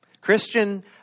Christian